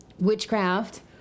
Witchcraft